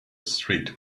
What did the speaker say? street